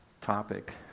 topic